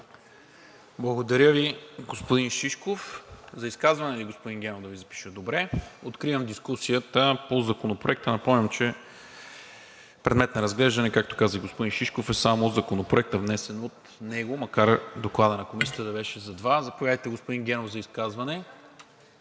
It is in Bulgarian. ПРЕДСЕДАТЕЛ НИКОЛА МИНЧЕВ: За изказване ли, господин Генов, да Ви запиша? Добре. Откривам дискусията по Законопроекта. Напомням, че предмет на разглеждане е, както каза и господин Шишков, само Законопроектът, внесен от него, макар докладът на Комисията да беше за два. Заповядайте, господин Генов, за изказване.